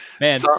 man